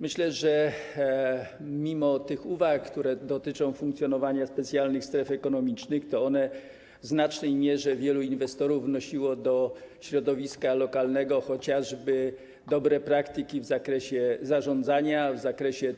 Myślę, że mimo tych uwag, które dotyczą funkcjonowania specjalnych stref ekonomicznych, w znacznej mierze wielu inwestorów wnosiło do środowiska lokalnego chociażby dobre praktyki w zakresie zarządzania, też w zakresie